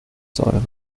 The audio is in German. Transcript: säure